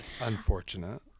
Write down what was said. Unfortunate